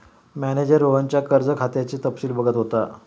manager रोहनच्या कर्ज खात्याचे तपशील बघत होता